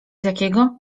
jakiego